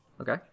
Okay